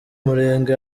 murenge